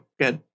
good